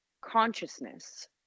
consciousness